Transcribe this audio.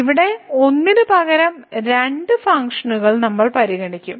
ഇവിടെ ഒന്നിന് പകരം രണ്ട് ഫംഗ്ഷനുകൾ നമ്മൾ പരിഗണിക്കും